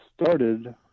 started